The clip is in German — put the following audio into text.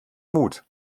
mut